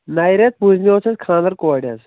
نَیہِ رٮ۪تہٕ پٲنٛژمہِ اوس اَسہِ خانٛدر کورِ حظ